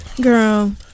Girl